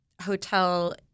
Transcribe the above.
hotel